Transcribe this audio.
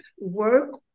work